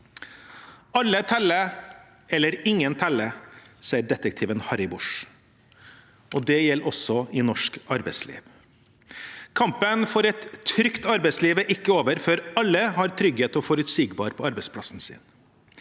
Alle teller eller ingen teller, sier detektiven Harry Bosch. Det gjelder også i norsk arbeidsliv. Kampen for et trygt arbeidsliv er ikke over før alle har trygghet og forutsigbarhet på arbeidsplassen sin.